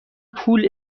پول